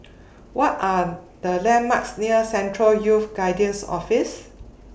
What Are The landmarks near Central Youth Guidance Office